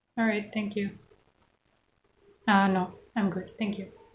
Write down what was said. alright thank you ah no I'm good thank you